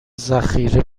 ذخیره